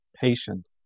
patient